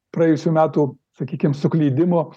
praėjusių metų sakykim suklydimo